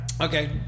Okay